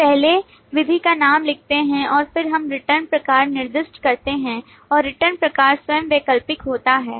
हम पहले विधि का नाम लिखते हैं और फिर हम रिटर्न प्रकार निर्दिष्ट करते हैं और रिटर्न प्रकार स्वयं वैकल्पिक होता है